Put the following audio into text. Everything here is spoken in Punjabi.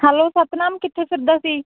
ਹੈਲੋ ਸਤਨਾਮ ਕਿੱਥੇ ਫਿਰਦਾ ਸੀ